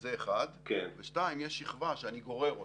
זה דבר אחד, ודבר שני, יש שכבה שאני גורר אותה.